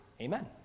Amen